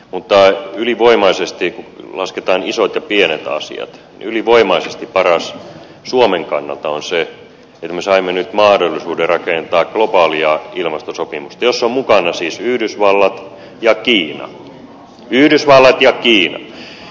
mutta ylivoimaisesti jos lasketaan isot ja pienet asiat paras suomen kannalta on se että me saimme nyt mahdollisuuden rakentaa globaalia ilmastosopimusta jossa ovat mukana siis yhdysvallat ja kiina yhdysvallat ja kiina